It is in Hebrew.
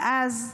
ואז,